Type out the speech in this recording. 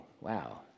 wow